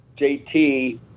JT